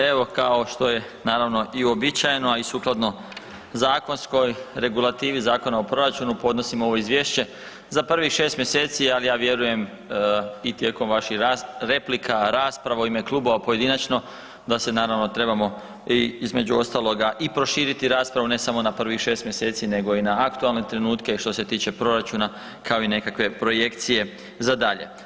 Evo kao što je i uobičajeno, a i sukladno zakonskoj regulativi Zakona o proračunu podnosimo ovo izvješće za prvih 6 mjeseci, a ja vjerujem i tijekom vaših replika, rasprava u ime klubova, pojedinačno da se trebamo između ostalog i proširiti raspravu ne samo na prvih 6 mjeseci nego i na aktualne trenutke i što se tiče proračuna kao i nekakve projekcije za dalje.